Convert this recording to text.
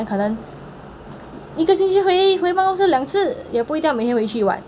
可能一个星期回回办公室两次也不一定要每天回去 [what]